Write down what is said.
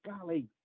golly